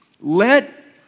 let